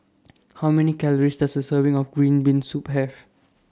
How Many Calories Does A Serving of Green Bean Soup Have